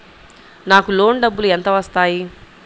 నాకు లోన్ డబ్బులు ఎంత వస్తాయి?